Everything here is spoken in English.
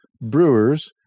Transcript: Brewers